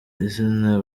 izina